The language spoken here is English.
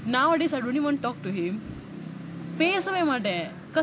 nowadays I don't even talk to him பேசவே மாட்டேன்:pesavae maataen because